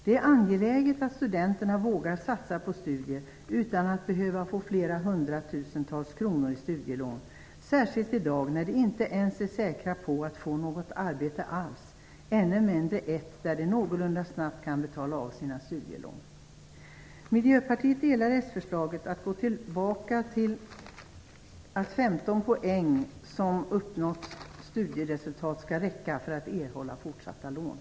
Det är angeläget att studenterna vågar satsa på studier utan att behöva dra på sig hundratusentals kronor i studielån, särskilt i dag när de inte ens är säkra på att få något arbete alls, ännu mindre ett arbete som gör att de någorlunda snabbt kan betala av sina studielån. Miljöpartiet ställer sig bakom s-förslaget att gå tillbaka till att ett uppnått studieresultat om 15 poäng skall räcka för erhållande av fortsatta lån.